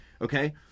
okay